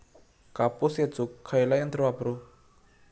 कापूस येचुक खयला यंत्र वापरू?